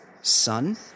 son